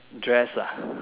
dress ah